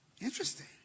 Interesting